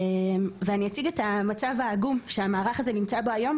אני אציג את המצב העגום שהמערך הזה נמצא בו היום,